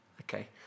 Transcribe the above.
Okay